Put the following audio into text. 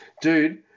dude